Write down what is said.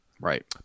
Right